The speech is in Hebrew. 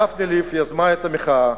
דפני ליף יזמה את המחאה,